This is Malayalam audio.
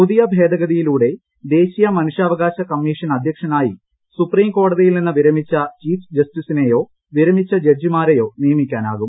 പുതിയ ഭേദഗതിയിലൂടെ ദേശീയ മനുഷ്യാവകാശ കമ്മീഷൻ അദ്ധ്യക്ഷനായി സുപ്രീംകോടതിയിൽ നിന്ന് വിരമിച്ച ചീഫ് ജസ്റ്റിസിനേയോ വിരമിച്ച ജഡ്ജിമാരേയോ നിയമിക്കാനാകും